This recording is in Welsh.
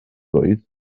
blwydd